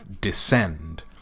Descend